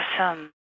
awesome